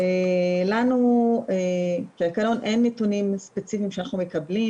לנו כעקרון אין נתונים ספציפיים שאנחנו מקבלים